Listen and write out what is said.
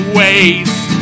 waste